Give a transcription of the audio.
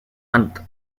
month